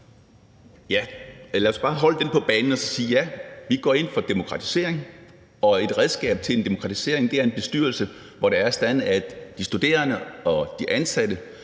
Lad os bare holde den på banen og sige, at vi går ind for demokratisering, og et redskab til en demokratisering er en bestyrelse, hvor det er sådan, at de studerende og de ansatte